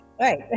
right